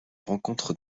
rencontre